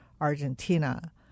Argentina